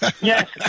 Yes